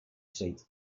seat